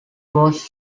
was